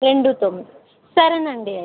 రెండు తొమ్మిది సరే అండి అయితే